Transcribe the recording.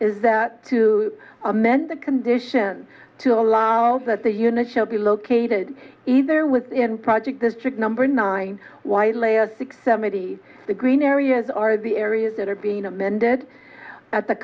is that to amend the conditions to allow that the unit shall be located either within project district number nine while a r six seventy the green areas are the areas that are being amended at the